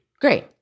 Great